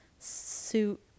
suit